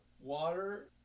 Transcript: water